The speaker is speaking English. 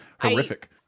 horrific